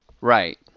Right